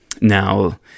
Now